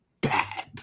bad